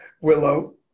willow